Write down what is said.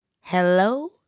Hello